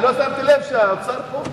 לא שמתי לב שהאוצר פה.